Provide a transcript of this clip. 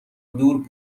دور